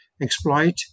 exploit